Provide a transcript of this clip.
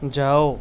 جاؤ